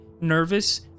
nervous